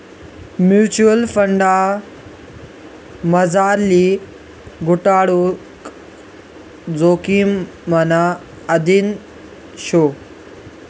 mutual फंडमझारली गुताडणूक जोखिमना अधीन शे